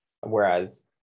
Whereas